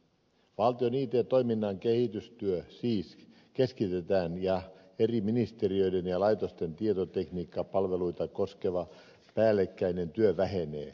valtion it toiminnan kehitystyö siis keskitetään ja eri ministeriöiden ja laitosten tietotekniikkapalveluita koskeva päällekkäinen työ vähenee